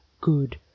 good